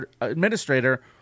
administrator